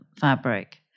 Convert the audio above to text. fabric